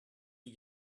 you